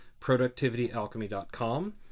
productivityalchemy.com